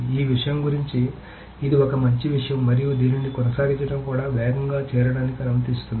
ఈ విషయం గురించి ఇది ఒక మంచి విషయం మరియు దీనిని కొనసాగించడం కూడా వేగంగా చేరడానికి అనుమతిస్తుంది